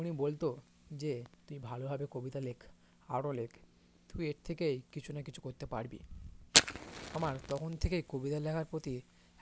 উনি বলতো যে তুই ভালোভাবে কবিতা লেখ আরো লেখ তুই এর থেকেই কিছু না কিছু করতে পারবি আমার তখন থেকেই কবিতা লেখার প্রতি